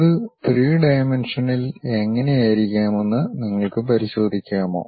ഇത് ത്രീ ഡയമെൻഷനിൽ എങ്ങനെയായിരിക്കാമെന്ന് നിങ്ങൾക്ക് പരിശോധിക്കാമോ